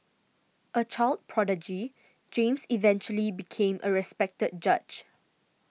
a child prodigy James eventually became a respected judge